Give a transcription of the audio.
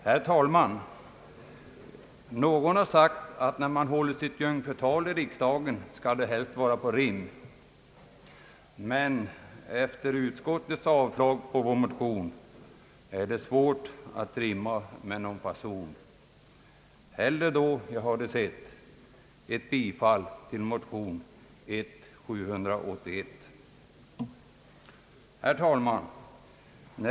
Herr talman! Någon har sagt att när man håller sitt jungfrutal i riksdagen skall det helst vara på rim. Men efter utskottets avstyrkande av vår motion är det svårt att rimma med någon fason. Hellre då jag hade sett ett bifall till vår motion I: 781. Herr talman!